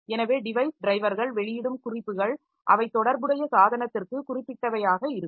எனவே டிவைஸ் டிரைவர்கள் வெளியிடும் குறிப்புகள் அவை தொடர்புடைய சாதனத்திற்கு குறிப்பிட்டவையாக இருக்கும்